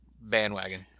bandwagon